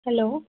hello